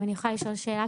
אם אני יכולה לשאול שאלה,